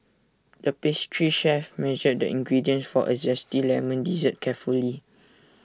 the pastry chef measured the ingredients for A Zesty Lemon Dessert carefully